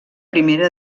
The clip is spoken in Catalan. primera